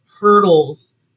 hurdles